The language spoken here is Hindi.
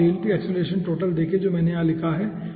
तो आप टोटल देखें जो मैंने लिखा है